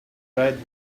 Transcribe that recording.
right